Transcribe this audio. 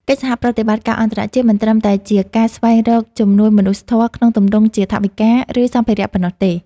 កិច្ចសហប្រតិបត្តិការអន្តរជាតិមិនត្រឹមតែជាការស្វែងរកជំនួយមនុស្សធម៌ក្នុងទម្រង់ជាថវិកា ឬសម្ភារៈប៉ុណ្ណោះទេ។